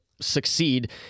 succeed